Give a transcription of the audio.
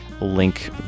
link